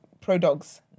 pro-dogs